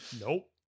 nope